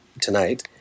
tonight